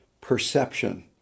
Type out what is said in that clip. perception